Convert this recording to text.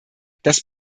das